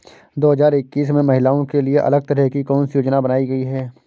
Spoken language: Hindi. दो हजार इक्कीस में महिलाओं के लिए अलग तरह की कौन सी योजना बनाई गई है?